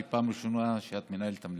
זאת פעם ראשונה שאת מנהלת המליאה.